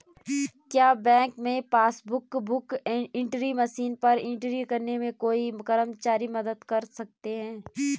क्या बैंक में passbook book entry machine पर एंट्री करने में कोई कर्मचारी मदद कर सकते हैं?